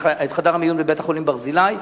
את חדר המיון בבית-החולים "ברזילי",